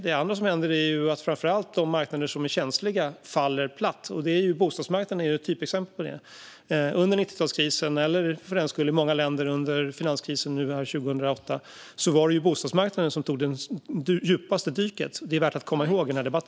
Det andra som händer är att framför allt de marknader som är känsliga faller platt, och bostadsmarknaden är ett typexempel på det. Under 90-talskrisen och i många länder under finanskrisen 2008 dök bostadsmarknaden djupast. Det är värt att komma ihåg i denna debatt.